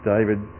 David